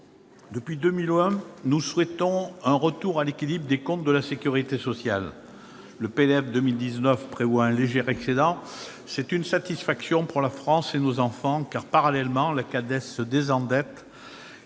depuis 2001, nous souhaitons un retour à l'équilibre des comptes de la sécurité sociale. Le PLFSS pour 2019 prévoit un léger excédent, c'est une satisfaction pour la France et pour nos enfants, car parallèlement la Caisse